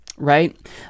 Right